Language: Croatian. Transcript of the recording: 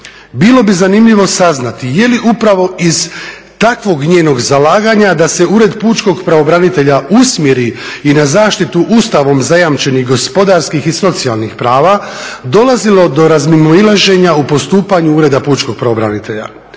Bilo bi zanimljivo saznati je li upravo iz takvog njenog zalaganja da se Ured pučkog pravobranitelja usmjeri i na zaštitu ustavom zajamčenih gospodarskih i socijalnih prava dolazilo do razmimoilaženja u postupanju Ureda pučkog pravobranitelja.